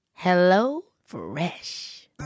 HelloFresh